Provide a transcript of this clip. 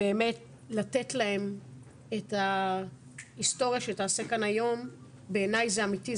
לתת להן את ההיסטוריה שתיעשה כאן היום בעיניי זה אמיתי,